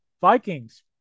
Vikings